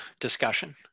discussion